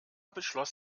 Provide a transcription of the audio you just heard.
beschloss